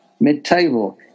mid-table